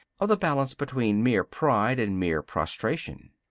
of the balance between mere pride and mere prostration.